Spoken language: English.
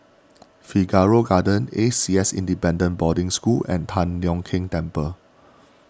Figaro Gardens A C S Independent Boarding School and Tian Leong Keng Temple